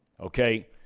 Okay